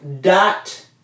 dot